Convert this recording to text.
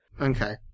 Okay